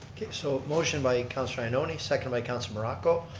so motion by counselor ioannoni, second by counselor morocco,